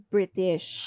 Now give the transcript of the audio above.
British